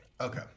Okay